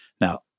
Now